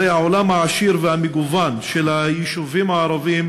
העולם העשיר והמגוון של היישובים הערביים